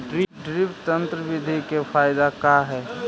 Drip तन्त्र बिधि के फायदा का है?